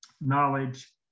knowledge